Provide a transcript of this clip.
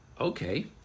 Okay